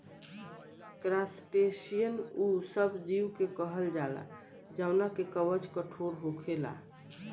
crustacean उ सब जीव के कहल जाला जवना के कवच कठोर होखेला